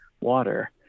water